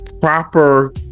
proper